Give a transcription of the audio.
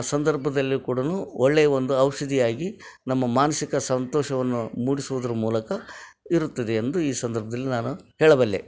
ಸಂದರ್ಭದಲ್ಯೂ ಕೂಡ ಒಳ್ಳೆಯ ಒಂದು ಔಷಧಿಯಾಗಿ ನಮ್ಮ ಮಾನಸಿಕ ಸಂತೋಷವನ್ನು ಮೂಡಿಸುವುದ್ರ ಮೂಲಕ ಇರುತ್ತದೆ ಎಂದು ಈ ಸಂದರ್ಭದಲ್ಲಿ ನಾನು ಹೇಳಬಲ್ಲೆ